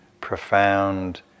profound